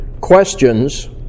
questions